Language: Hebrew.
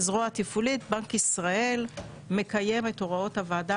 כזרוע התפעולית בנק ישראל מקיים את הוראות הוועדה